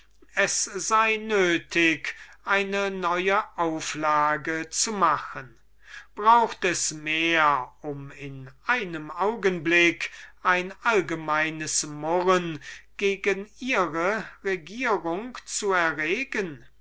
es nötig sei eine neue auflage zu machen das ist alles was ihr braucht um in einem augenblick ein allgemeines murren gegen eure regierung zu erregen